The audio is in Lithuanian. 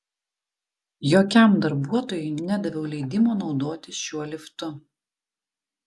jokiam darbuotojui nedaviau leidimo naudotis šiuo liftu